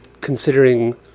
Considering